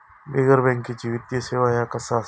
बिगर बँकेची वित्तीय सेवा ह्या काय असा?